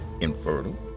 infertile